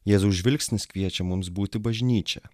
jėzaus žvilgsnis kviečia mums būti bažnyčia